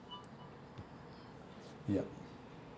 yup